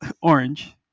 orange